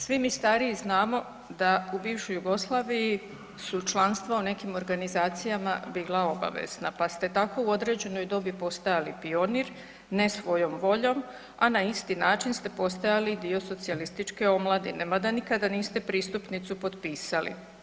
Svi mi stariji znamo da u bivšoj Jugoslaviji su članstava u nekim organizacijama bila obavezna pa ste tako u određenoj dobi postajali pionir ne svojom voljom, a na isti način ste postajali i dio socijalističke omladine mada nikada niste pristupnicu potpisali.